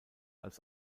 als